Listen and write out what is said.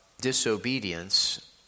disobedience